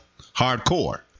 hardcore